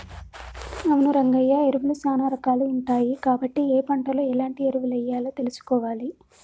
అవును రంగయ్య ఎరువులు సానా రాకాలు ఉంటాయి కాబట్టి ఏ పంటలో ఎలాంటి ఎరువులెయ్యాలో తెలుసుకోవాలి